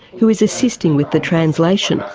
who is assisting with the translation.